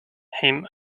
him